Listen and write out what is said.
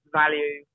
value